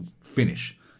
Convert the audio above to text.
finish